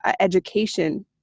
education